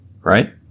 Right